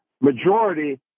majority